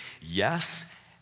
yes